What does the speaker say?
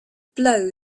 blow